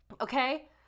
Okay